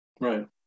Right